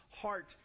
heart